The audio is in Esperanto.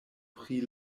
pri